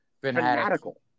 fanatical